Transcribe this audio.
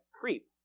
creep